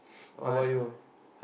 how bout you